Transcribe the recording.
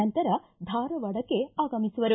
ನಂತರ ಧಾರವಾಡಕ್ಕೆ ಆಗಮಿಸುವರು